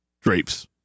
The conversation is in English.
drapes